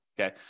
Okay